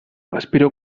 espero